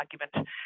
argument